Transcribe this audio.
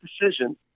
decision